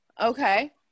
Okay